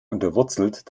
unterwurzelt